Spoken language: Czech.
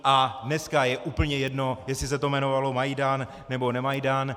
A dneska je úplně jedno, jestli se to jmenovalo Majdan nebo Nemajdan.